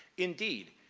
indeed,